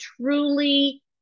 truly